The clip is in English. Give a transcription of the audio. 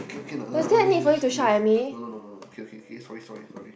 okay okay no no no no no okay okay sorry sorry sorry